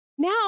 Now